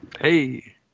Hey